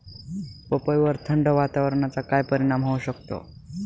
पपईवर थंड वातावरणाचा काय परिणाम होऊ शकतो?